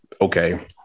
okay